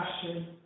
Passion